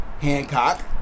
Hancock